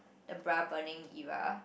the Bra Burning era